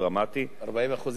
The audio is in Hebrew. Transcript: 40% מה-6,000?